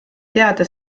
teada